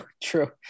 true